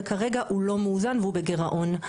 וכרגע הוא לא מאוזן והוא בגירעון.